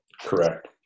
Correct